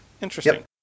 Interesting